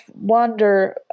wonder